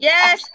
Yes